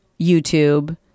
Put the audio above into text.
YouTube